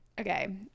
Okay